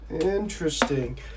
Interesting